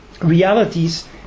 realities